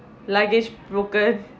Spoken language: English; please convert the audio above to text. luggage broken